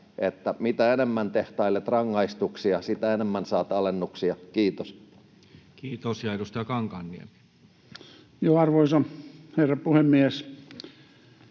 mitä enemmän tehtailet rangaistuksia, sitä enemmän saat alennuksia. — Kiitos. [Speech 184] Speaker: Toinen varapuhemies